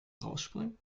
rausspringen